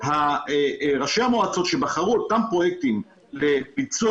ראשי המועצות שבחרו אותם פרויקטים לביצוע